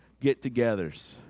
get-togethers